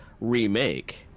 remake